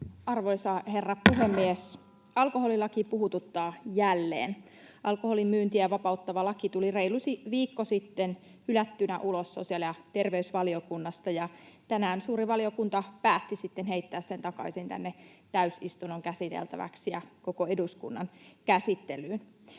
Arvoisa herra puhemies! Alkoholilaki puhututtaa jälleen. Alkoholin myyntiä vapauttava laki tuli reilu viikko sitten hylättynä ulos sosiaali- ja terveysvaliokunnasta, ja tänään suuri valiokunta päätti sitten heittää sen takaisin tänne täysistunnon käsiteltäväksi ja koko eduskunnan käsittelyyn.